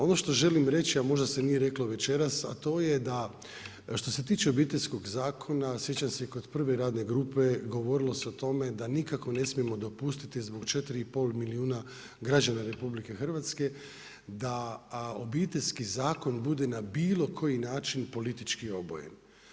Ono što želim reći, a možda se nije reklo večeras, a to je što se tiče Obiteljskog zakona, sjećam se kod prve radne grupe, govorilo se o tome da nikako ne smijemo dopustiti zbog 4,5 milijuna građana RH, da Obiteljski zakon bude na bilo koji način politički obojen.